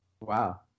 Wow